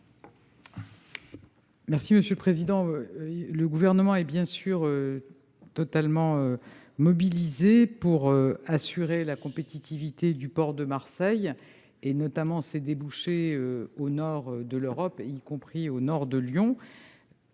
est à Mme la ministre. Le Gouvernement est bien sûr mobilisé pour assurer la compétitivité du port de Marseille, notamment ses débouchés au nord de l'Europe, y compris au nord de Lyon.